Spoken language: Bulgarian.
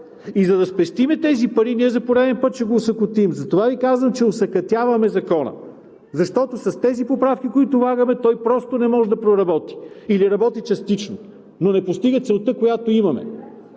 И за да спестим тези пари, ние за пореден път ще го осакатим. Затова Ви казвам, че осакатяваме Закона. Защото с тези поправки, които влагаме, той просто не може да проработи или работи частично, но не постига целта, която имаме,